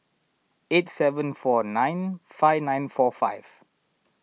eight seven four nine five nine four five